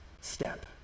step